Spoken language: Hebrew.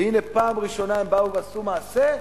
והנה, פעם ראשונה עשו מעשה,